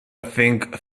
thing